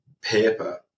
paper